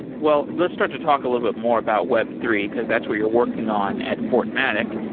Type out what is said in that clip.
well, let's start to talk a little bit more about web three, because that's what you're working on at fortmatic.